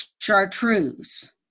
chartreuse